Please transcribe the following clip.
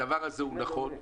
הדבר הזה הוא נכון,